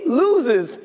loses